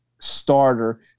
Starter